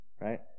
right